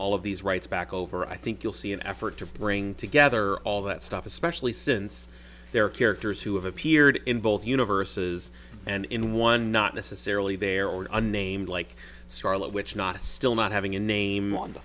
all of these rights back over i think you'll see an effort to bring together all that stuff especially since there are characters who have appeared in both universes and in one not necessarily their own unnamed like scarlet witch not still not having a name